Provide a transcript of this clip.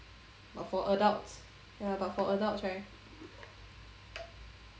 but for adults ya but adults right